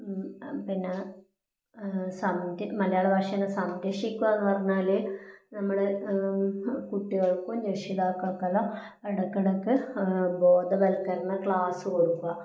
പിന്ന സംരക് മലയാള ഭാഷേനെ സംരക്ഷിക്കുക എന്ന് പറഞ്ഞാൽ നമ്മുടെ കുട്ടികൾക്കും രക്ഷിതാക്കൾക്കെല്ലാം ഇടയ്ക്കിടയ്ക്ക് ബോധവൽക്കരണ ക്ലാസ് കൊടുക്കുക